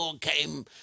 came